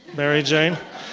mary jane.